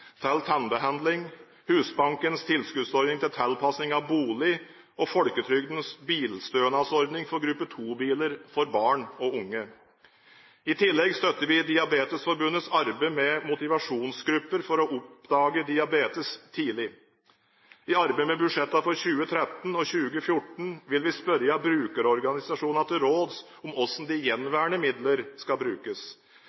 til tannbehandling, Husbankens tilskuddsordning til tilpasning av bolig og folketrygdens bilstønadsordning for gruppe 2-biler for barn og unge. I tillegg støtter vi Diabetesforbundets arbeid med motivasjonsgrupper og for å oppdage diabetes tidlig. I arbeidet med budsjettene for 2013 og 2014 vil vi spørre brukerorganisasjoner til råds om hvordan gjenværende midler skal brukes. Samtidig vil vi i samarbeid med de